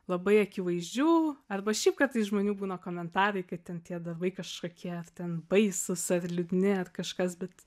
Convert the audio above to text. labai akivaizdžių arba šiaip kartais žmonių būna komentarai kad ten tie darbai kažkokie ten baisūs ar liūdni ar kažkas bet